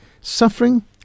Suffering